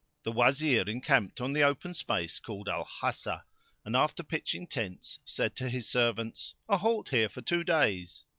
the wazir encamped on the open space called al-hasa and, after pitching tents, said to his servants, a halt here for two days!